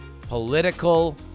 political